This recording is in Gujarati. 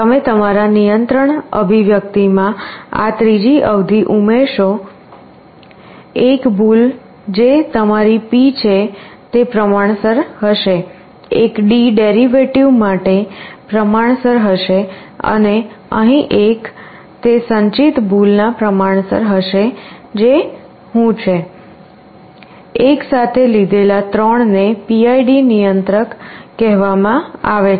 તમે તમારા નિયંત્રણ અભિવ્યક્તિમાં આ ત્રીજી અવધિ ઉમેરશો એક ભૂલ જે તમારી P છે તે પ્રમાણસર હશે એક D ડેરિવેટિવ માટે પ્રમાણસર હશે અને અહીં એક તે સંચિત ભૂલના પ્રમાણસર હશે જે હું છે એક સાથે લીધેલા 3 ને PID નિયંત્રક કહેવામાં આવે છે